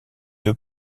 deux